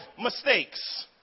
mistakes